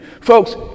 Folks